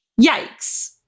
yikes